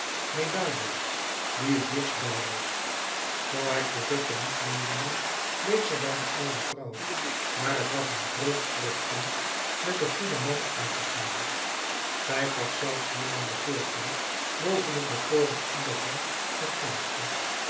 medardus die het dichtst bij was zoo hij cosette niet medenam bleef zij bij de oude vrouw maar t was een vreugd voor t kind met den goeden man uit te gaan zij gaf zelfs hieraan de voorkeur boven het bekoorlijk onderhoud met kaatje